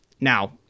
Now